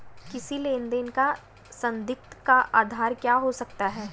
किसी लेन देन का संदिग्ध का आधार क्या हो सकता है?